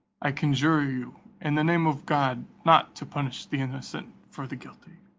i conjure you in the name of god not to punish the innocent for the guilty.